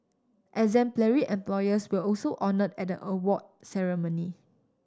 exemplary employers where also honoured at the award ceremony